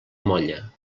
molla